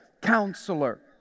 Counselor